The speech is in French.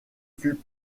fut